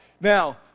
Now